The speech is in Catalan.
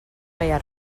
veia